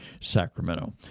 Sacramento